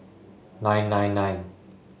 nine nine nine